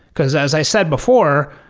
because as i said before,